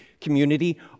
community